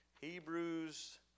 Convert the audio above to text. Hebrews